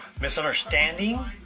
Misunderstanding